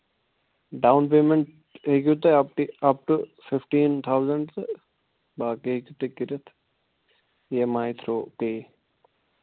down payment ہیٚکِو تُہۍ up to up to fifteen thousand تہٕ باقٕے ہیٚکِو تُہۍ کٔرِتھ E M I through pay